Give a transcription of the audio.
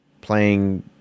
playing